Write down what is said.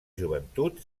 joventut